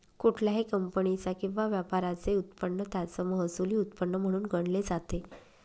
कुठल्याही कंपनीचा किंवा व्यापाराचे उत्पन्न त्याचं महसुली उत्पन्न म्हणून गणले जाते